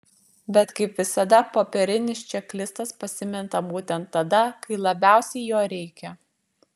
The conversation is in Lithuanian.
bet kaip visada popierinis čeklistas pasimeta būtent tada kai labiausiai jo reikia